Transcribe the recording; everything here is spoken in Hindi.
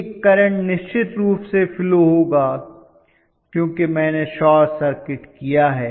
एक करंट निश्चित रूप से फ्लो होगा क्योंकि मैंने शॉर्ट सर्किट किया है